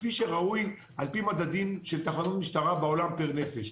כפי שראוי על פי מדדים של תחנות משטרה בעולם פר נפש.